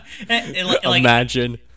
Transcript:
imagine